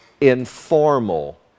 informal